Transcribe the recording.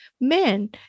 men